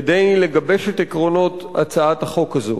כדי לגבש את עקרונות הצעת החוק הזאת.